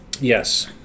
Yes